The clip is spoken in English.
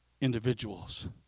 individuals